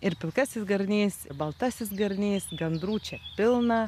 ir pilkasis garnys baltasis garnys gandrų čia pilna